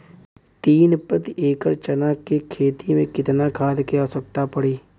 तीन प्रति एकड़ चना के खेत मे कितना खाद क आवश्यकता पड़ी?